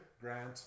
Grant